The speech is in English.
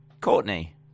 courtney